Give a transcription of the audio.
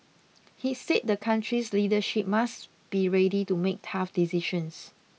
he said the country's leadership must be ready to make tough decisions